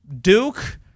Duke